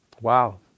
Wow